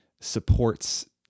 supports